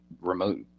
remote